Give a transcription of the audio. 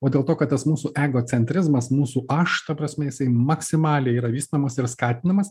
o dėl to kad tas mūsų egocentrizmas mūsų aš ta prasme jisai maksimaliai yra vystomas ir skatinamas